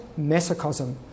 mesocosm